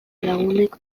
lagunek